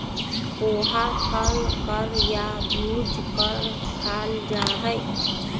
पोहा तल कर या भूज कर खाल जा हई